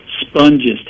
sponges